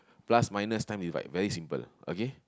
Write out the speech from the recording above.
plus minus times divide very simple